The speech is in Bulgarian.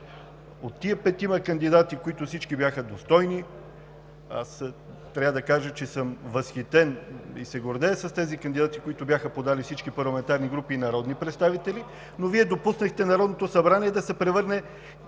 От тези петима кандидати, от които всички бяха достойни – трябва да кажа, че съм възхитен и се гордея с кандидатите, които бяха подали всички парламентарни групи и народни представители, но Вие допуснахте Народното събрание да се превърне във